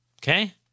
Okay